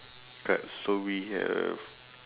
card so we have